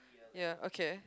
ya okay